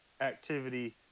activity